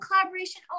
collaboration